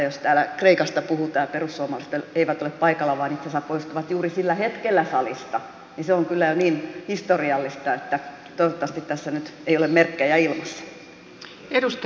jos täällä kreikasta puhutaan ja perussuomalaiset eivät ole paikalla vaan itse asiassa poistuivat juuri sillä hetkellä salista niin se on kyllä jo niin historiallista että toivottavasti tässä nyt ei ole merkkejä ilmassa